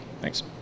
Thanks